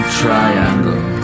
triangle